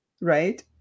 right